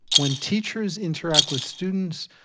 when teachers interact with students,